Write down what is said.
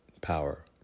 power